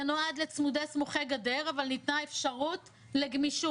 זה נועד לצמודי סמוכי גדר אבל ניתנה אפשרות לגמישות.